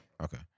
Okay